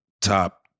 top